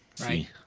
right